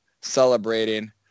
celebrating